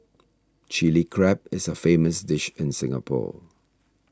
Chilli Crab is a famous dish in Singapore